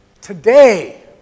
today